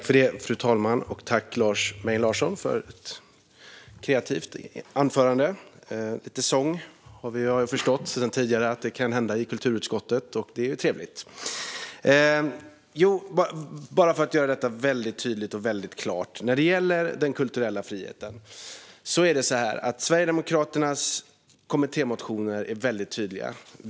Fru talman! Tack, Lars Mejern Larsson, för ett kreativt anförande med lite sång! Vi har förstått sedan tidigare att det kan hända i kulturutskottet, och det är ju trevligt. Bara för att göra detta väldigt tydligt och klart: När det gäller den kulturella friheten är Sverigedemokraternas kommittémotioner tydliga.